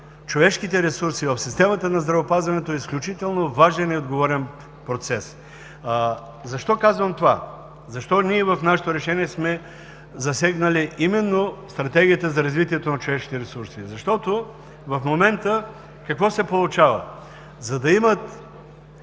човешките ресурси в системата на здравеопазването е изключително важен и отговорен процес. Защо казвам това? Защо в нашето решение ние сме засегнали именно Стратегията за развитието на човешките ресурси? Защото в момента какво се получава? За да има